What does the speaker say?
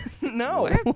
No